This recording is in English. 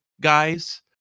guys